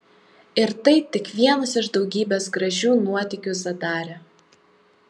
ir tai tik vienas iš daugybės gražių nuotykių zadare